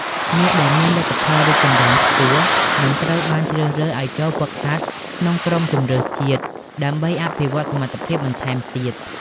អ្នកដែលមានលទ្ធភាពរីកចម្រើនខ្ពស់ នឹងត្រូវបានជ្រើសរើសឲ្យចូលហ្វឹកហាត់ក្នុងក្រុមជម្រើសជាតិ ដើម្បីអភិវឌ្ឍសមត្ថភាពបន្ថែមទៀត។